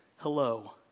Hello